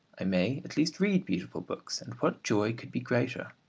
i may at least read beautiful books and what joy can be greater?